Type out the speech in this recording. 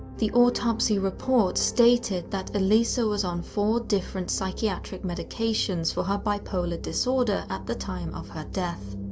the autopsy report stated that elisa was on four different psychiatric medications for her bi-polar disorder at the time of her death.